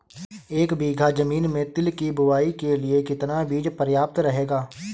एक बीघा ज़मीन में तिल की बुआई के लिए कितना बीज प्रयाप्त रहेगा?